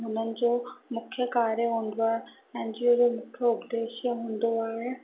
हुननि जो मुख्य कार्य हूंदो आहे एनजीओ जो मुख्य उद्देशय हूंदो आहे